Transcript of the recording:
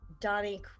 Donnie